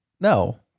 No